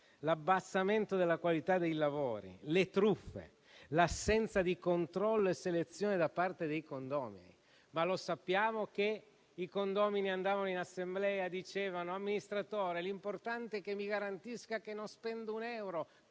l'abbassamento della qualità dei lavori; le truffe; l'assenza di controllo e selezione da parte dei condomini. Sappiamo che i condomini andavano in assemblea e dicevano: «Amministratore, l'importante è che mi garantisca che non spendo un euro,